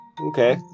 Okay